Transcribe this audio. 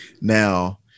Now